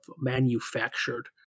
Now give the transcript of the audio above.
manufactured